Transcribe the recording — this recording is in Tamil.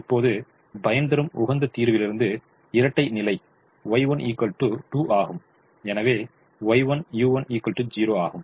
இப்போது பயன்தரும் உகந்த தீர்விலிருந்து இரட்டைநிலை Y1 2 ஆகும் எனவே Y1u1 0 ஆகும்